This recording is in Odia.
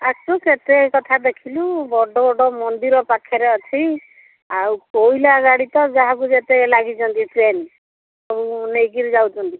ଆସୁ କେତେ କଥା ଦେଖିଲୁ ବଡ଼ ବଡ଼ ମନ୍ଦିର ପାଖରେ ଅଛି ଆଉ କୋଇଲା ଗାଡ଼ି ତ ଯାହାକୁ ଯେତେ ଲାଗିଛନ୍ତି ଟ୍ରେନ୍ ସବୁ ନେଇକିରି ଯାଉଛନ୍ତି